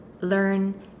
learn